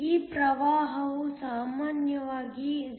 ಈ ಪ್ರವಾಹವು ಸಾಮಾನ್ಯವಾಗಿ 0